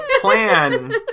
plan